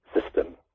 system